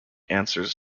answers